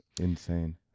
insane